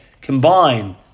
combine